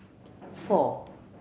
four